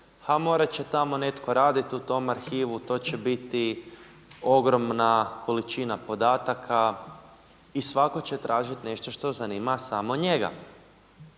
morati će tamo netko raditi u tom arhivu, to će biti ogromna količina podataka i svatko će tražiti nešto što zanima samo njega.